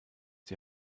die